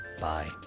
bye